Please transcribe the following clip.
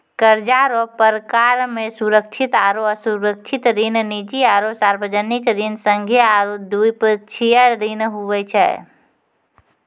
कर्जा रो परकार मे सुरक्षित आरो असुरक्षित ऋण, निजी आरो सार्बजनिक ऋण, संघीय आरू द्विपक्षीय ऋण हुवै छै